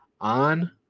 on